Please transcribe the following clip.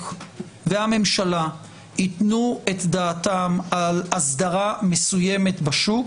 והממשלה ייתנו את דעתם על הסדרה מסוימת בשוק